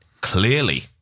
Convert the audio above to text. clearly